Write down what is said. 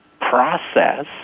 process